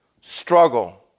struggle